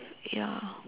ya